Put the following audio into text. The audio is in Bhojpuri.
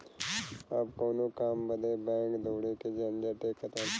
अब कउनो काम बदे बैंक दौड़े के झंझटे खतम